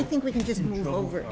i think we can just move over